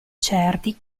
certi